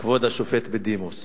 כבוד השופט בדימוס.